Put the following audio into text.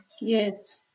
Yes